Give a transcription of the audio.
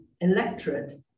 electorate